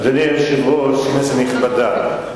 אדוני היושב-ראש, כנסת נכבדה,